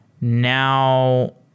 Now